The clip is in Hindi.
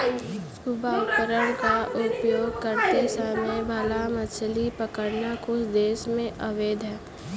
स्कूबा उपकरण का उपयोग करते समय भाला मछली पकड़ना कुछ देशों में अवैध है